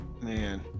man